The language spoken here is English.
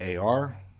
ar